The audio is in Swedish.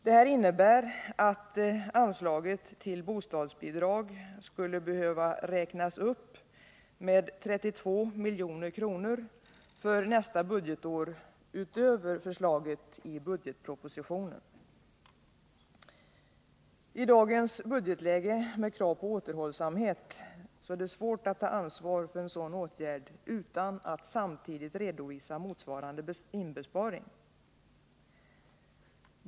Detta innebär att anslaget till bostadsbidrag skulle behöva räknas upp med 32 milj.kr. för nästa budgetår utöver förslaget i budgetpropositionen. I dagens budgetläge med krav på återhållsamhet är det svårt att ta ansvar för en sådan åtgärd utan att samtidigt redovisa motsvarande inbesparing.